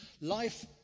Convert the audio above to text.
Life